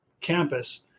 campus